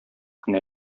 кенә